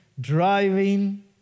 driving